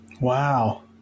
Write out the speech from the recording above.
Wow